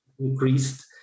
increased